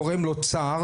גורם לו צער,